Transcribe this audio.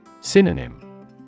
Synonym